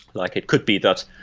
like it could be that,